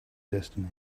destiny